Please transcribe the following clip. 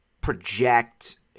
project